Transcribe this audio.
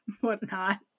whatnot